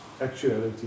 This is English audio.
actuality